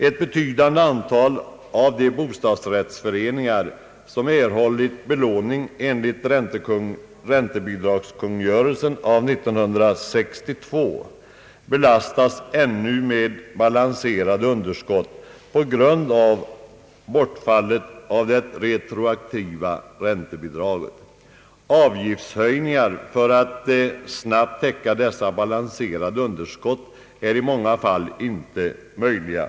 Ett betydande antal av de bostadsrättsföreningar som erhållit belåning enligt räntebidragskungörelsen av år 1962 belastas ännu med balanserade underskott på grund av bortfallet av det retroaktiva räntebidraget. Avgiftshöjningar för att snabbt täcka dessa balanserade underskott är i många fall inte möjliga.